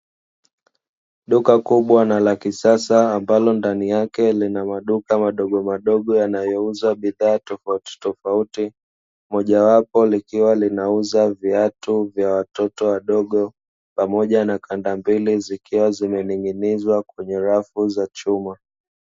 Duka kubwa na la kisasa ambalo ndani yake lina maduka madomadogo yanayouza bidhaa tofautitofauti, mojawapo likiwa linauza viatu vya watoto wadogo pamoja na kandambili zikiwa zimening'inizwa kwenye rafu za chuma.